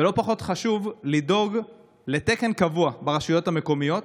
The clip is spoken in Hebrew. ולא פחות חשוב, לדאוג לתקן קבוע ברשויות המקומיות.